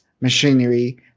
machinery